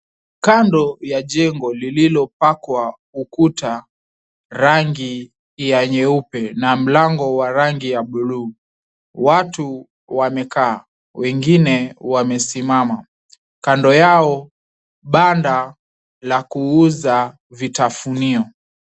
Kando ya jengo lililopakwa ukuta rangi ya nyeupe na mlango wa rangi ya buluu, watu wamekaa wengine wamesimama. Kando yao banda la kuuza vitafunio.